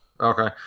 Okay